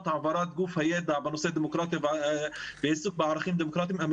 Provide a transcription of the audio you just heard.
העברת גוף הידע בנושא דמוקרטיה ועיסוק בעסקים דמוקרטיים.